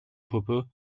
puppe